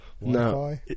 No